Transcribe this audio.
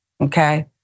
okay